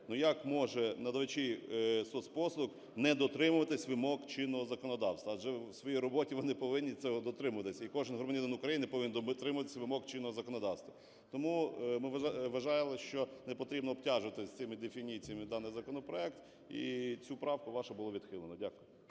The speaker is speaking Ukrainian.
ну, як можуть надавачі соцпослуг не дотримуватися вимог чинного законодавства, адже в своїй роботі вони повинні цього дотримуватися, і кожен громадянин України повинен дотримуватися вимог чинного законодавства. Тому ми вважали, що не потрібно обтяжувати цими дефініціями даний законопроект, і цю правку вашу було відхилено. Дякую.